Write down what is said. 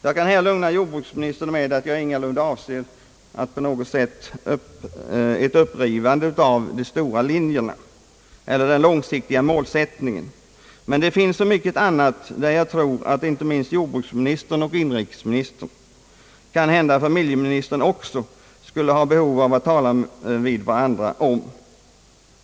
Jag kan lugna jordbruksministern med att jag ingalunda på något sätt avser ett upprivande av de stora linjerna eller den långsiktiga målsättningen; men det finns så mycket annat där jag tror att inte minst jordbruksministern och inrikesministern, kanhända familjeministern också, skulle ha behov av att tala vid varandra.